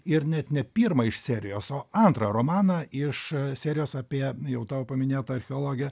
ir net ne pirmą iš serijos o antrą romaną iš serijos apie jau tavo paminėtą archeologę